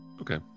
Okay